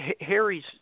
Harry's